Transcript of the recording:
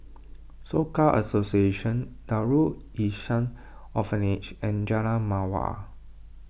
Soka Association Darul Ihsan Orphanage and Jalan Mawar